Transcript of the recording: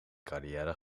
carrière